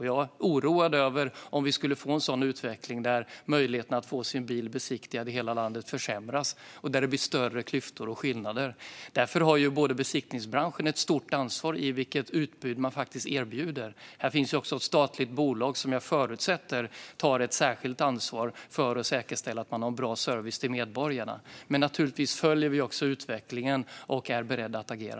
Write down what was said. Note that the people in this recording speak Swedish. Jag är oroad för om vi ska få en utveckling där möjligheten att få sin bil besiktigad i hela landet försämras och där det blir större klyftor och skillnader. Besiktningsbranschen har ett stort ansvar för utbudet man faktiskt erbjuder. Det finns också ett statligt bolag, som jag förutsätter tar ett särskilt ansvar för att säkerställa att man ger medborgarna bra service. Vi följer naturligtvis utvecklingen och är beredda att agera.